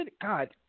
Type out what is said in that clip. God